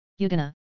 Yugana